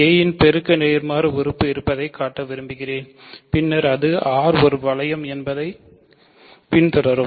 a இன் பெருக்க நேர்மாறு உறுப்பு இருப்பதைக் காட்ட விரும்புகிறோம் பின்னர் அது R ஒரு வளையம் என்பதைப் பின்தொடரும்